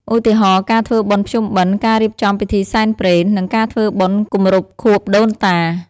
ឧទាហរណ៍ ការធ្វើបុណ្យភ្ជុំបិណ្ឌ ការរៀបចំពិធីសែនព្រេន និងការធ្វើបុណ្យគម្រប់ខួបដូនតា។